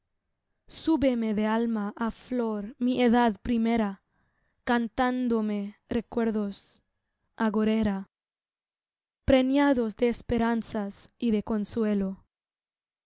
súbeme de alma á flor mi edad primera cantándome recuerdos agorera preñados de esperanzas y de consuelo